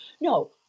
No